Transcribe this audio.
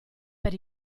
per